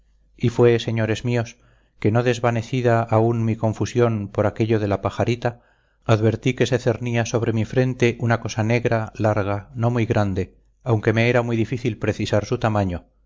y fue señores míos que no desvanecida aún mi confusión por aquello de la pajarita advertí que se cernía sobre mi frente una cosa negra larga no muy grande aunque me era muy difícil precisar su tamaño